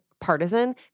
partisan